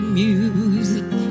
music